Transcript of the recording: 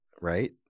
right